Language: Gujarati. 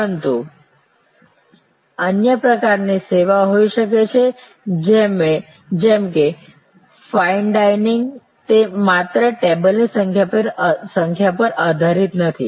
પરંતુ અન્ય પ્રકારની સેવા હોઈ શકે છે જેમ કે ફાઇન ડાઇનિંગ તે માત્ર ટેબલની સંખ્યા પર આધારિત નથી